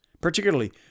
particularly